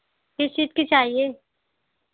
किस चीज़ की चाहिए